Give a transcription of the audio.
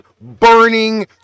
burning